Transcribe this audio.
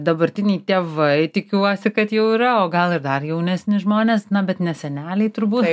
dabartiniai tėvai tikiuosi kad jau yra o gal ir dar jaunesni žmonės na bet ne seneliai turbūt